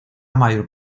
mayor